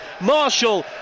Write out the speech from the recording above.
Marshall